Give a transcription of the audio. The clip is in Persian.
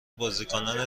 بازیکنان